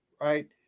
right